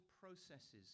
processes